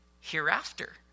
hereafter